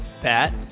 Pat